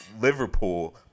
Liverpool